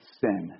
sin